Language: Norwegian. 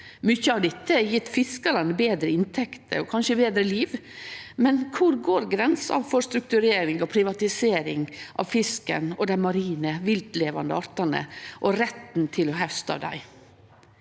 Mykje av dette har gjeve fiskarane betre inntekter og kanskje eit betre liv, men kvar går grensa for strukturering og privatisering av fisken og dei marine viltlevande artane og retten til å hauste av dei?